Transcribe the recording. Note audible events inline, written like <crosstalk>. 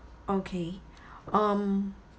okay <breath> um